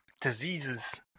diseases